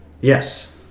yes